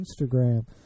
Instagram